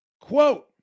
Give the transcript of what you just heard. Quote